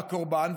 בקורבן,